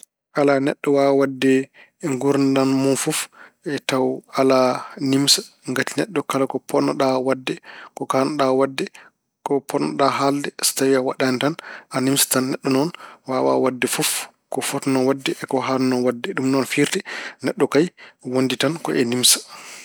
Alaa, neɗɗo waawaa waɗde nguurdam mun fof taw alaa nimsa. Ngati neɗɗo kala ko potnoɗa waɗde, ko kaannoɗa waɗde, ko potnoɗa haalde, so tawi a waɗaani tan, a nimsitan. Neɗɗo noon waawa waɗde fof, ko fotno waɗde, e ko haanno waɗde. Firti, neɗɗo kay wondi tan ko e nimsa.